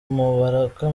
mubaraka